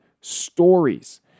stories